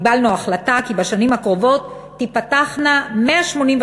החלטה כי בשנים הקרובות תיפתחנה 185